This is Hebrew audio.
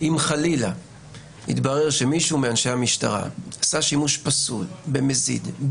אם חלילה יתברר שמישהו מאנשי המשטרה עשה שימוש פסול במזיד,